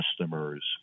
customers